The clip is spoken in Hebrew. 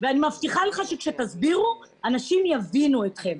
אני מבטיחה לך שכשתסבירו, אנשים יבינו אתכם.